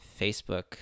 Facebook